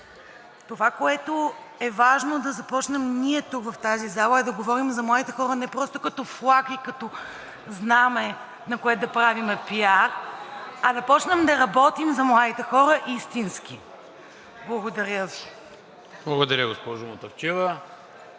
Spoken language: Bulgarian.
Това, което е важно да започнем ние тук в тази зала, е да говорим за младите хора не просто като флаг и като знаме, на което да правим пиар, а да почнем да работим за младите хора истински. Благодаря Ви.